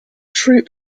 troop